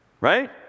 Right